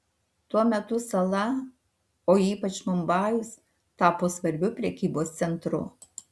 tuo metu sala o ypač mumbajus tapo svarbiu prekybos centru